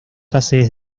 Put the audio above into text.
haces